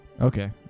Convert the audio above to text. okay